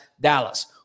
Dallas